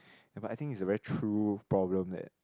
ya but I think it's a very true problem that